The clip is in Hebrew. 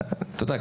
אתה יודע,